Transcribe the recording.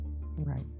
right